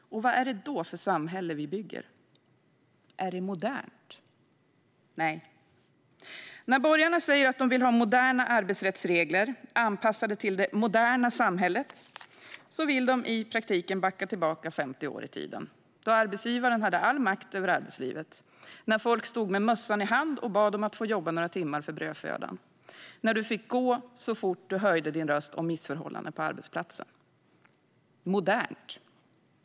Och vad är det då för samhälle vi bygger? Är det modernt? Nej. När borgarna säger att de vill ha moderna arbetsrättsregler, anpassade till det moderna samhället, vill de i praktiken backa tillbaka 50 år i tiden, då arbetsgivarna hade all makt över arbetslivet, när folk stod med mössan i hand och bad om att få jobba några timmar för brödfödan och när man fick gå så fort man höjde sin röst om missförhållanden på arbetsplatsen. Modernt?